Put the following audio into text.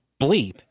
bleep